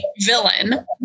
villain